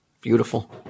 beautiful